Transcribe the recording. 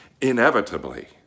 inevitably